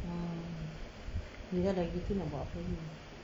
ah iya lah dah gitu nak buat apa lagi